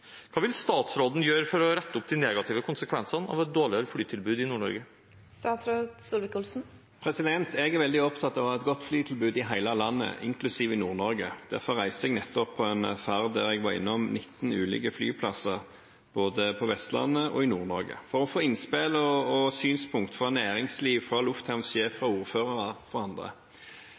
Hva vil statsråden gjøre for å rette opp de negative konsekvensene av et dårligere flytilbud i Nord-Norge?» Jeg er veldig opptatt av å ha et godt flytilbud i hele landet, inklusiv i Nord-Norge. Derfor reiste jeg nettopp på en ferd der jeg var innom 19 ulike flyplasser både på Vestlandet og i Nord-Norge for å få innspill og synspunkter fra næringsliv, lufthavnsjefer, ordførere og andre.